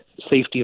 safety